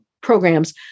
programs